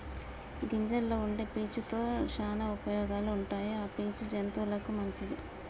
గింజల్లో వుండే పీచు తో శానా ఉపయోగాలు ఉంటాయి ఆ పీచు జంతువులకు మంచిది